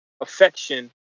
affection